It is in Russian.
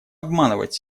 обманывать